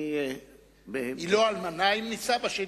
היא לא אלמנה אם נישאה שנית?